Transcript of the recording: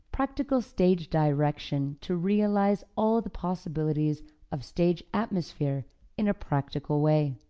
practical stage direction to realize all the possibilities of stage atmosphere in a practical way.